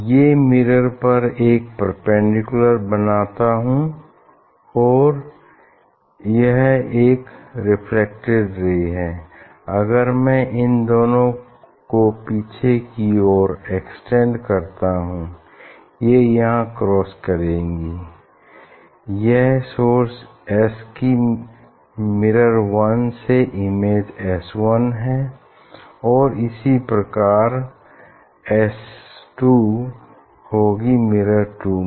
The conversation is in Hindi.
मैं मिरर पर एक परपेंडिकुलर बनाता हूँ और यह एक रेफ्लेक्टेड रे है अगर मैं इन दोनों को पीछे की ओर एक्सटेंड करता हूँ ये यहाँ क्रॉस करेंगी यह सोर्स एस की मिरर वन में इमेज एस वन हैं और इसी प्रकार एस टू होगी मिरर टू में